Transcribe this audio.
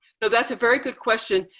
so that's a very good question.